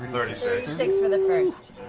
thirty six for the first.